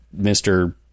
Mr